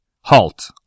Halt